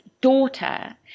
daughter